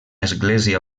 església